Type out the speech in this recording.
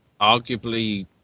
arguably